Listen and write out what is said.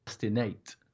innate